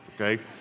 okay